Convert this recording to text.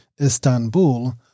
Istanbul